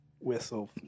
Whistle